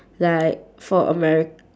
like for americ~